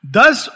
Thus